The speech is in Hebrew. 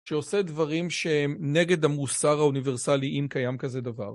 שעושה דברים שהם נגד המוסר האוניברסלי אם קיים כזה דבר.